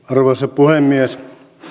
arvoisa puhemies